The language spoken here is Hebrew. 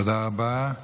תודה רבה.